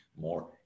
more